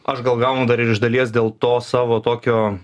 aš gal gaunu dar ir iš dalies dėl to savo tokio